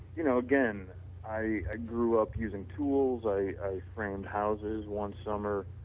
you know, again i grew up using tools, i i framed houses one summer.